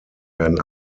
werden